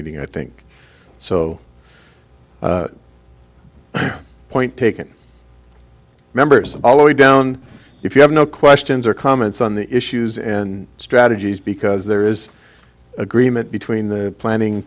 meeting i think so point taken members all the way down if you have no questions or comments on the issues and strategies because there is agreement between the planning